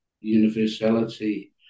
universality